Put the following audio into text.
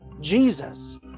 Jesus